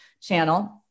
channel